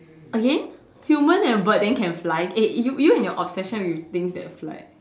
again human and bird then can fly eh you you and your obsession with things that fly